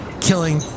Killing